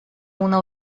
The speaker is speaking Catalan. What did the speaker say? una